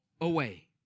away